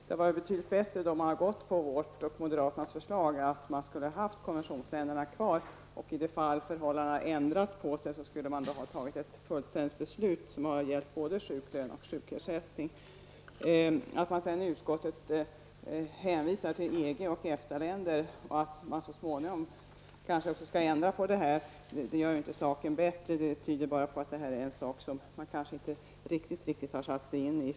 Det hade varit bättre att gå på vårt och moderaternas förslag att ha kvar konventionsländerna och i de fall förhållandena ändras skulle ett fullständigt beslut fattas som gällde både sjuklön och sjukersättning. Det gör inte situationen bättre att utskottet sedan hänvisar till EG och EFTA-länder och att där så småningom skulle göras ändringar. Det tyder på att detta är en fråga som regeringen och utskottets majoritet inte riktigt har satt sig in i.